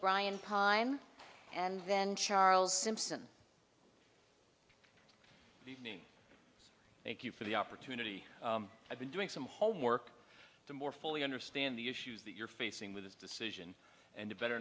brian pyne and then charles simpson the name thank you for the opportunity i've been doing some homework to more fully understand the issues that you're facing with this decision and to better